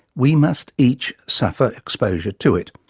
we must each suffer exposure to it.